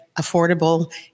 affordable